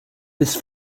this